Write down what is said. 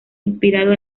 inspirado